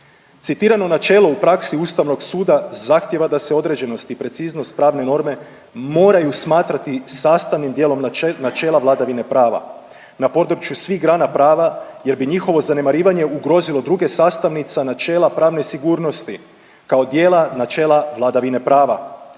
Citirano načelo u praksi Ustavnog suda zahtjeva da se određenost i preciznost pravne norme moraju smatrati sastavnim dijelom načela vladavine prava, na području svih grana prava jer bi njihovo zanemarivanje ugrozilo druge sastavnice načela pravne sigurnosti kao djela načela vladavine prava,